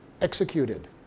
executed